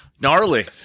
Gnarly